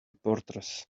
reporters